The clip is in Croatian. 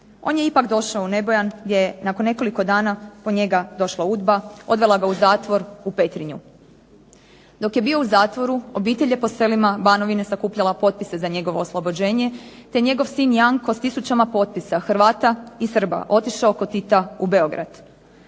On je ipak došao u Nebojan gdje je nakon nekoliko dana po njega došla Udba, odvela ga u zatvor u Petrinju. Dok je bio u zatvoru obitelj je po selima Banovine skupljala potpise za njegovo oslobođenje, te njegov sin Janko sa tisućama potpisa Hrvata i Srba otišao kod Tita u Beograd.